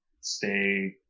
stay